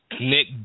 Nick